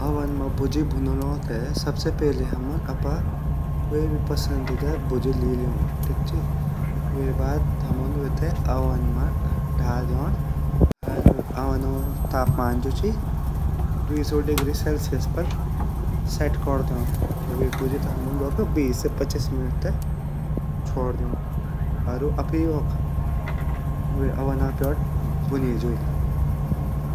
ओवन मा भुज्जी भुनानो ते सबसे पहली हमुन अपरी क्वे भी पसंदीदा भुज्जी ली ल्योनड अर वेगा बाद हमुन वेते ओवन मा ढाल दयोंड अर ओवनो तापमान जु ची २०० डिग्री सेल्सियस पर सेट कोर दयोंड अर वे भुज्जी ते हमुन बीस से पचीस मिनट तक च्वोड दयोंड अर वा आपही वे ओवना प्योंट भूनये जोली।